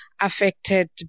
affected